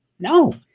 No